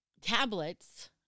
tablets